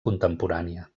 contemporània